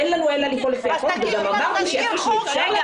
אין לנו אלא לפעול לפי החוק וגם אמרתי שאין לי שליטה...